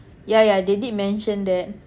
ya ya they did mention that